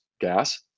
gas